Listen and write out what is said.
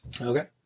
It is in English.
Okay